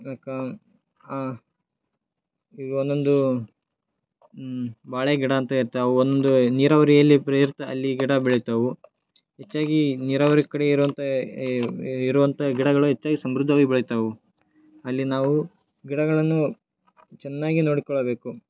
ಅದಕ್ಕೆ ಈಗ ಒಂದೊಂದು ಬಾಳೆಗಿಡ ಅಂತ ಇರುತ್ತೆ ಅವು ಒಂದು ನೀರಾವರಿಯಲ್ಲಿ ಪ್ರೇರಿತ ಅಲ್ಲಿ ಗಿಡ ಬೆಳಿತವು ಹೆಚ್ಚಾಗಿ ನೀರಾವರಿ ಕಡೆ ಇರುವಂಥ ಏ ಇರುವಂಥ ಗಿಡಗಳು ಹೆಚ್ಚಾಗಿ ಸಮೃದ್ಧವಾಗಿ ಬೆಳಿತವೆ ಅಲ್ಲಿ ನಾವು ಗಿಡಗಳನ್ನು ಚೆನ್ನಾಗಿ ನೋಡಿಕೊಳ್ಳಬೇಕು